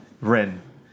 Ren